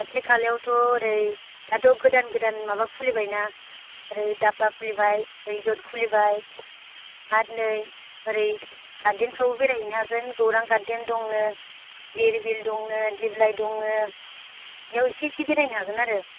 खाथि खालायावथ' एरै दाथ' गोदान गोदान माबा खुलिबायना एरै दाब्बा खुलिबाय रिजरथ खुलिबाय आर नै एरै गारदेन फ्रावबो बेराय हैनो हागोन गौरां गारदेन दंनो दिरबिल दंनो दिबलाइ दंनो बियाव एसे एसे बेरायनो हागोन आरो